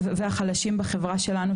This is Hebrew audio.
והחלשים בחברה שלנו,